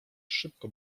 szybko